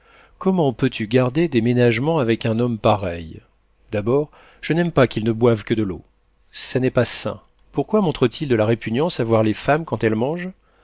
comment peux-tu garder des ménagements avec un homme pareil d'abord je n'aime pas qu'il ne boive que de l'eau ça n'est pas sain pourquoi montre t il de la répugnance à voir les femmes quand elles mangent